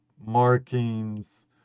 markings